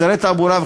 מוצרי תעבורה,